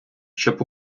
щоб